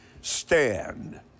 stand